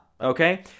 Okay